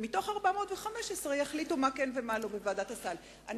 ומתוך ה-415 יחליטו בוועדת הסל מה כן ומה לא.